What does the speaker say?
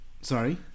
Sorry